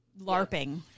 larping